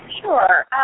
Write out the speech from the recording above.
Sure